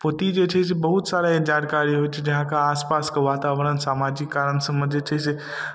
पोथी जे छै से बहुत सारा जानकारी होइ छै जे अहाँके आसपासके वातावरण सामाजिक कारण सबमे जे छै से